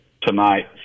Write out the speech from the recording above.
tonight